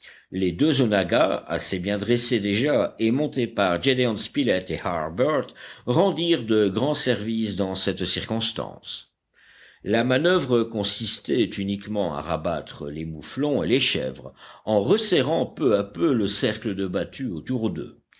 les deux onaggas assez bien dressés déjà et montés par gédéon spilett et harbert rendirent de grands services dans cette circonstance la manoeuvre consistait uniquement à rabattre les mouflons et les chèvres en resserrant peu à peu le cercle de battue autour d'eux